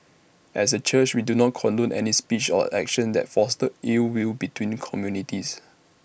as A church we do not condone any speech or actions that foster ill will between communities